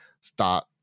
start